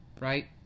right